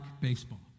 baseball